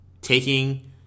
taking